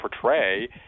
portray